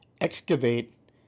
excavate